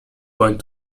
point